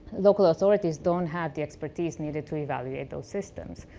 local authorities don't have the expertise needed to evaluate those systems.